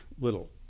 little